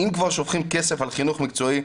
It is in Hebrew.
אם כבר שופכים כסף על חינוך מקצועי.